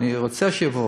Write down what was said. אני רוצה שיבואו.